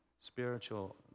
spiritual